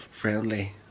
friendly